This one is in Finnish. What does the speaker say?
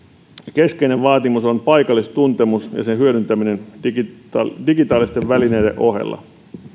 keskeinen vaatimus on paikallistuntemus ja sen hyödyntäminen digitaalisten digitaalisten välineiden ohella